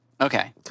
Okay